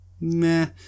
meh